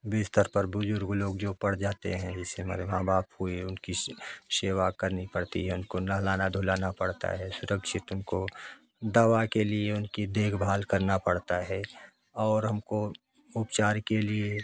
बिस्तर पर बुज़ुर्ग लोग जो पड़ जाते हैं जैसे हमारे माँ बाप हुए उनकी से सेवा करनी पड़ती है उनको नहलाना धुलाना पड़ता है सुरक्षित उनको दवा के लिए उनकी देखभाल करना पड़ता है और हमको उपचार के लिए